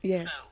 Yes